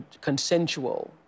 consensual